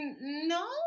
no